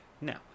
Now